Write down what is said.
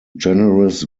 generous